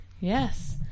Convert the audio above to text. Yes